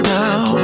now